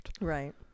Right